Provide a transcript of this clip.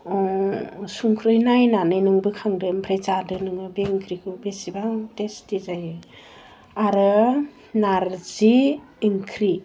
संख्रि नायनानै नों बोखांदो आमफ्राय जादो नोङो बे ओंख्रिखौ बेसेबां टेस्टि जायो आरो नारजि ओंख्रि